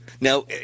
Now